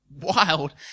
wild